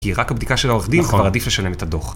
כי רק הבדיקה של העורך דין כבר עדיף לשלם את הדוח